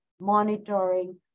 monitoring